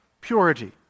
purity